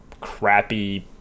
crappy